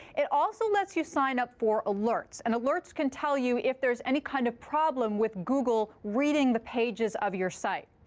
it also lets you sign up for alerts. and alerts can tell you if there's any kind of problem with google reading the pages of your site.